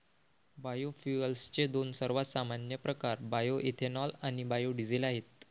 बायोफ्युएल्सचे दोन सर्वात सामान्य प्रकार बायोएथेनॉल आणि बायो डीझेल आहेत